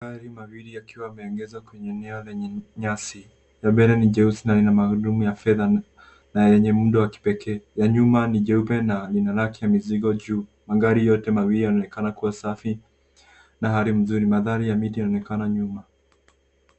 Magari mawili yakiwa yameegeshwa kwenye eneo lenye nyasi. Pembeni ni jeusi na lina magurudumu ya fedha na yenye muundo wa kipekee. Ya nyuma ni nyeupe na lina rakiya mizigo juu. Magari yote mawili yanaonekana kuwa safi na hali mzuri. Mandhari ya miti yanaonekana nyuma.